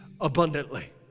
abundantly